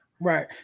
Right